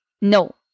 No